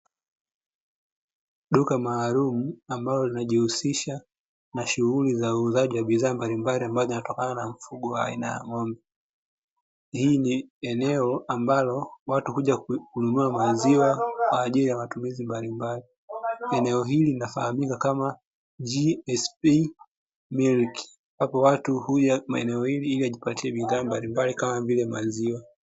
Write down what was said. Duka maalumu ambalo linajihusisha na shughuli za uuzaji wa bidhaa mbalimbali, ambazo zinatokana na mfugo aina ya ng'ombe hii ni eneo ambalo watu kuja kununua maziwa kwa ajili ya matumizi mbalimbali eneo hili linafahamika kama "Gsb milk" hapo watu huja maeneo hili ili ajipatie bidhaa mbalimbali kama vile maziwa.